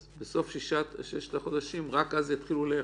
בסוף ששת החודשים, רק אז יתחילו לאכוף.